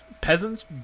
peasants